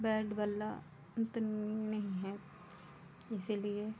bat बल्ला तो नहीं है इसीलिए